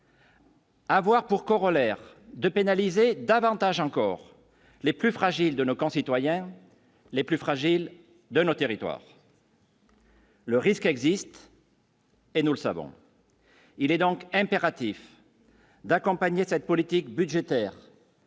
Avoir pour corollaire de pénaliser davantage encore les plus fragiles de nos concitoyens les plus fragiles de notre territoire. Le risque existe. Et nous le savons. Il est donc impératif d'accompagner cette politique budgétaire.